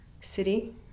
city